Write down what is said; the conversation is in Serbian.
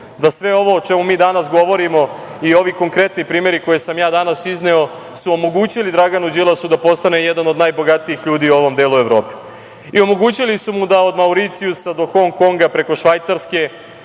da sve ovo o čemu mi danas govorimo i ovi konkretni primeri koje sam ja danas izneo su omogućili Draganu Đilasu da postane jedan od najbogatijih ljudi u ovom delu u Evrope i omogućili su mu da od Mauricijusa do Hong Konga preko Švajcarske